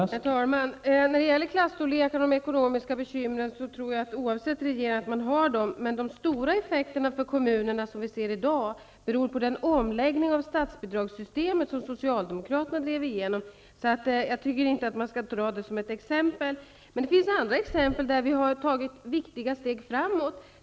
Herr talman! När det gäller frågan om klasstorleken och de ekonomiska bekymren tror jag att de bekymren finns oavsett vilken regering vi har. Men de stora effekter för kommunerna som vi i dag ser beror på den omläggning av statsbidragssystemet som Socialdemokraterna drev igenom. Jag tycker därför inte att man skall ta detta som ett exempel. Det finns andra exempel där vi har tagit viktiga steg framåt.